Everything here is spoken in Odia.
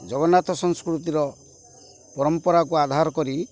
ଜଗନ୍ନାଥ ସଂସ୍କୃତିର ପରମ୍ପରାକୁ ଆଧାର କରି